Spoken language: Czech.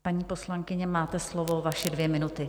Paní poslankyně, máte slovo, vaše dvě minuty.